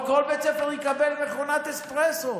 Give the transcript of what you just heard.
כל בית ספר יקבל מכונת אספרסו.